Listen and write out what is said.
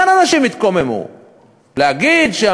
לכן אנשים התקוממו.